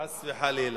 חס וחלילה.